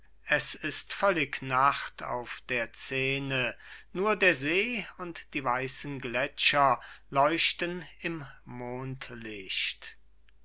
es ist völlig nacht auf der szene nur der see und die weissen gletscher leuchten im mondlicht